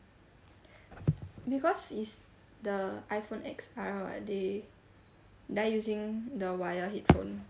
because it's the iphone X R [what] then I using the wired headphones